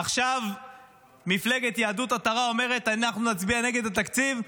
עכשיו מפלגת יהדות התורה אומרת: אנחנו נצביע נגד התקציב.